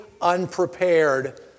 unprepared